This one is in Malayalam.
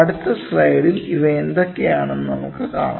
അടുത്ത സ്ലൈഡിൽ ഇവ എന്തൊക്കെയാണെന്ന് നമുക്ക് കാണാം